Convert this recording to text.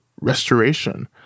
restoration